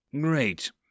Great